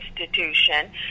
Institution